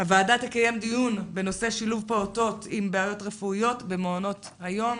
הוועדה תקיים בדיון בנושא שילוב פעוטות עם בעיות רפואיות במעונות היום.